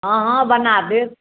हँ हँ बना देब